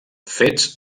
fets